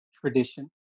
tradition